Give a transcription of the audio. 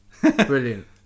Brilliant